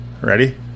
Ready